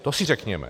To si řekněme.